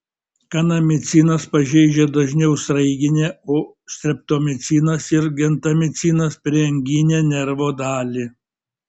kanamicinas pažeidžia dažniau sraiginę o streptomicinas ir gentamicinas prieanginę nervo dalį